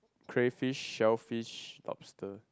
cray fish shellfish lobster